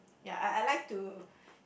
ya I I like to